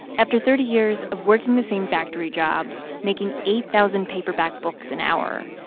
after thirty years of working the same factory job making eight thousand paperback books an hour,